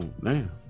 man